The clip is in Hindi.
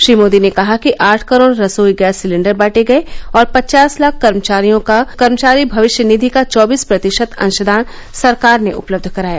श्री मोदी ने कहा कि आठ करोड़ रसोई गैस सिलेन्डर बांटे गये और पचास लाख कर्मचारियों का कर्मचारी भविष्य निधि का चौबीस प्रतिशत अंशदान सरकार ने उपलब्ध कराया